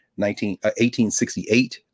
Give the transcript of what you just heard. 1868